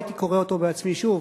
הייתי קורא אותו בעצמי שוב,